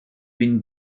been